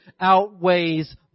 outweighs